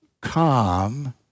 calm